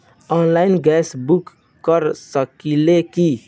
Online gas book कर सकिले की?